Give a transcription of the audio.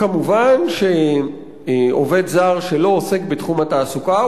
כמובן שעובד זר שלא עוסק בתחום התעסוקה,